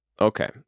Okay